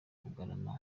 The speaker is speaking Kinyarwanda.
bugarama